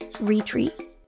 retreat